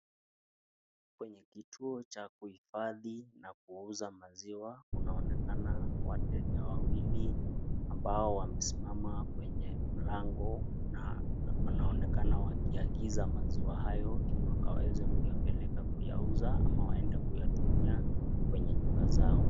Kwenye kituo ya kuifadia na na kuuza maziwa inaonekana wateja wawili ambao wamesimama kwenye mlango na anonekana wakializa maziwa hayo hili yanaweza kupeleka kuyauza ama waende kuyatumia Kwenye nyumba zao.